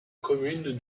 commune